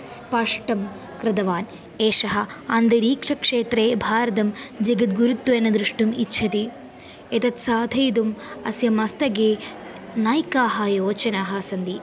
स्पष्टं कृतवान् एषः अन्तरिक्षक्षेत्रे भारतं जगद्गुरुत्वेन द्रष्टुम् इच्छति एतत् साधयितुम् अस्य मस्तके नैकाः योजनाः सन्ति